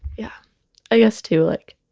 yeah i guess too, like